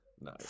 No